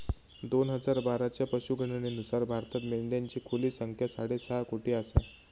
दोन हजार बाराच्या पशुगणनेनुसार भारतात मेंढ्यांची खुली संख्या साडेसहा कोटी आसा